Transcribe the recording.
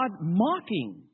mocking